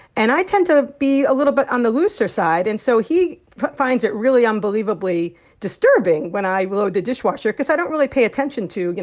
and i tend to be a little bit on the looser side. and so he finds it really unbelievably disturbing when i load the dishwasher because i don't really pay attention to, you